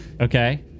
okay